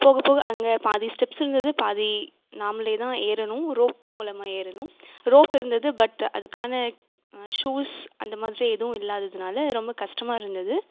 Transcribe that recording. போக போக அங்கே பாதி ஸ்டெப்ஸ் இருந்தது பாதி நாமளேதான் ஏறணும் ரோப் மூலமாக ஏறணும் ரோப் இருந்தது பட் அதுக்கான ஷூஸ் அந்தமாதிரி எதுவும் இல்லாததுனால் ரொம்ப கஷ்டமா இருந்தது